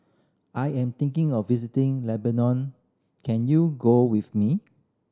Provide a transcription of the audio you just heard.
I am thinking of visiting Lebanon can you go with me